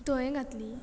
धंय घातली